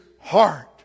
heart